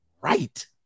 right